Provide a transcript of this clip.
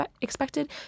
expected